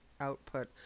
output